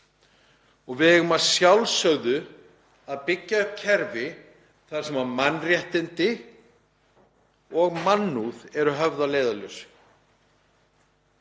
Við eigum að sjálfsögðu að byggja upp kerfi þar sem mannréttindi og mannúð eru höfð að leiðarljósi.